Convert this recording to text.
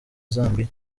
zambia